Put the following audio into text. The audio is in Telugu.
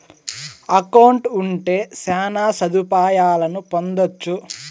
అకౌంట్ ఉంటే శ్యాన సదుపాయాలను పొందొచ్చు